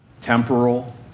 temporal